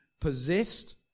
possessed